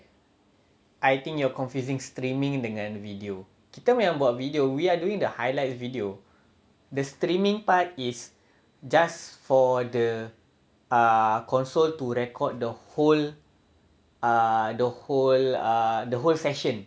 I think you are confusing streaming dengan video kita memang buat video we are doing the highlights video the streaming part is just for the err console to record the whole the whole the whole session